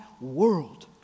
world